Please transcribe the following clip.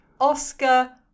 Oscar